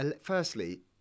firstly